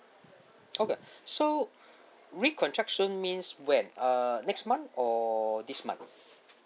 okay so recontract soon means when err next month or this month